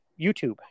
YouTube